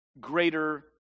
greater